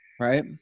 right